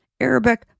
Arabic